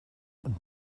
und